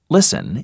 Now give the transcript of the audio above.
Listen